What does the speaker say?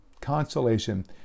Consolation